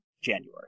January